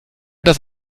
dass